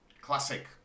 classic